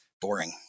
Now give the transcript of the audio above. boring